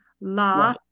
La